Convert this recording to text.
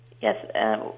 Yes